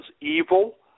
evil